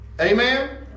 Amen